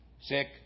sick